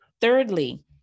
Thirdly